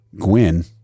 gwyn